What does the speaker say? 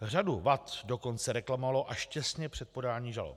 Řadu vad dokonce reklamovalo až těsně před podáním žalob.